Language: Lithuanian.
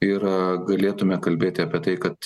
ir galėtume kalbėti apie tai kad